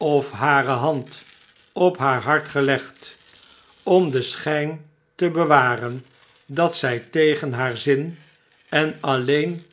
of hare hand op haar hart gelegd om den schijn te bewaren dat zij tegen haar zin en alleen